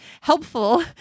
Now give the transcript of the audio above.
helpful